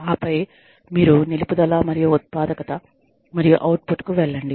ఆపై మీరు నిలుపుదల మరియు ఉత్పాదకత మరియు అవుట్పుట్కు వెళ్ళండి